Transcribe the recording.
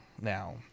now